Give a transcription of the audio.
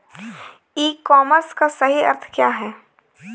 ई commerce का सही अर्थ क्या है?